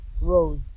rose